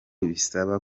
bisaba